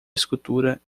escultura